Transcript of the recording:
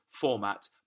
format